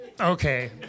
Okay